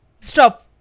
stop